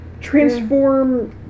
transform